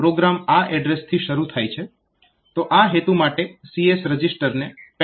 તો પ્રોગ્રામ આ એડ્રેસથી શરૂ થાય છે